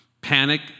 panic